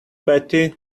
betty